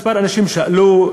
כמה אנשים שאלו,